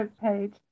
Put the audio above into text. page